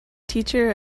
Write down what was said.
teacher